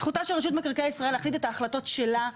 זכותה של רשות מקרקעי ישראל להחליט את ההחלטות שלה.